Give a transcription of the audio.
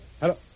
Hello